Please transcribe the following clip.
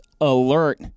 alert